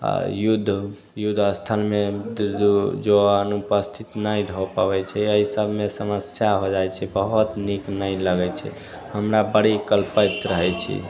युद्ध युद्ध स्थानमे युद्ध जो अनुपस्थित नहि हो पबै छै एहि सबमे समस्या हो जाइत छै बहुत नीक नहि लगैत छै हमरा बड़ी कल्पैत रहैत छी